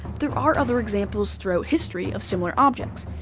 there are other examples throughout history of similar objects,